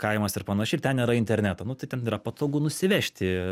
kaimas ir panašiai ir ten nėra interneto nu tai ten yra patogu nusivežti